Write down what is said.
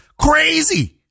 crazy